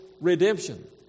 redemption